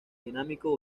dinámico